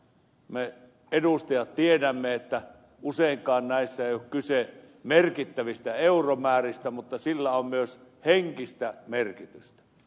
me edustajat tiedämme että useinkaan näissä ei ole kyse merkittävistä euromääristä mutta sillä on myös henkistä merkitystä